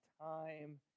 time